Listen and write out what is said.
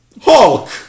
Hulk